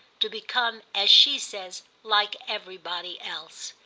to become, as she says, like everybody else.